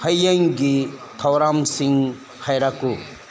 ꯍꯌꯦꯡꯒꯤ ꯊꯧꯔꯝꯁꯤꯡ ꯍꯥꯏꯔꯛꯎ